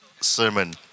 sermon